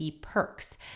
perks